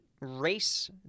race